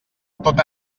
tot